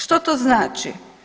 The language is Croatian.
Što to znači?